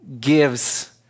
gives